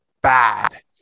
bad